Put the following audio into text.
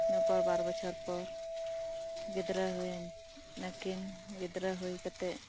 ᱤᱱᱟᱹᱯᱚᱨ ᱵᱟᱨ ᱵᱚᱪᱷᱚᱨ ᱯᱚᱨ ᱜᱤᱫᱽᱨᱟᱹ ᱦᱳᱭ ᱮᱱᱟᱠᱤᱱ ᱜᱤᱫᱽᱨᱟᱹ ᱦᱳᱭ ᱠᱟᱛᱮᱫ